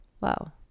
wow